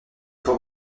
pour